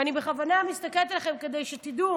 ואני בכוונה מסתכלת עליכם, כדי שתדעו